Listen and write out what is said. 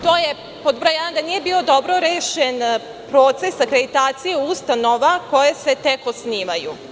To je, pod broj jedan, da nije bio dobro rešen proces akreditacije ustanova koje se tek osnivaju.